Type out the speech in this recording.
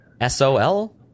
S-O-L